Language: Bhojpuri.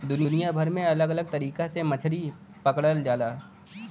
दुनिया भर में अलग अलग तरीका से मछरी पकड़ल जाला